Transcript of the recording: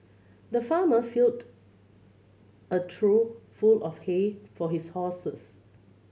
the farmer filled a trough full of hay for his horses